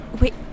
Wait